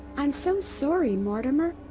i'm so sorry, mortimer.